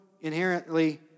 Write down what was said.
inherently